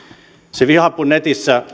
se vihapuhe netissä